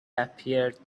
appeared